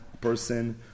person